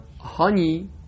honey